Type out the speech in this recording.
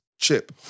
Chip